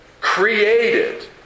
created